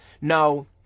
no